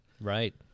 Right